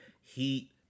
Heat